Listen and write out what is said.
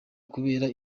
kubera